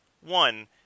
One